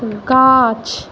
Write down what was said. गाछ